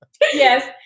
Yes